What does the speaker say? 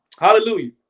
Hallelujah